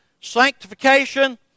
Sanctification